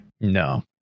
No